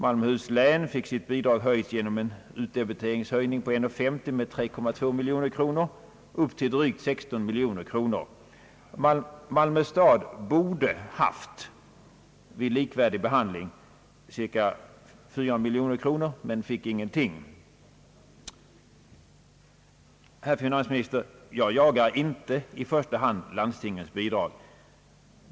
Malmöhus län fick sitt bidrag höjt genom en utdebiteringshöjning på kr. 1:50 med 3,2 miljoner kronor upp till drygt 16 miljoner kronor. Malmö stad borde ha haft — vid likvärdig behandling — cirka 4 miljoner kronor, men fick ingenting. Nu jagar jag, herr finansminister, inte 1 första hand landstingens bidrag.